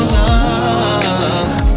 love